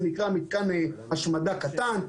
זה נקרא מתקן השמדה קטן,